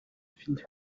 filled